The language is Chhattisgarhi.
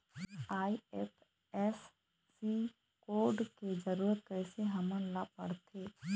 आई.एफ.एस.सी कोड के जरूरत कैसे हमन ला पड़थे?